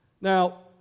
Now